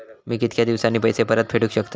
मी कीतक्या दिवसांनी पैसे परत फेडुक शकतय?